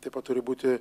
taip pat turi būti